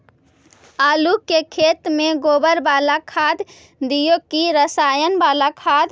आलू के खेत में गोबर बाला खाद दियै की रसायन बाला खाद?